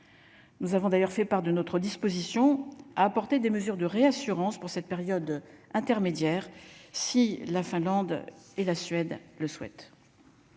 Nous avons d'ailleurs fait part de notre disposition à apporter des mesures de réassurance pour cette période intermédiaire si la Finlande et la Suède, le souhaitent.